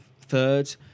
third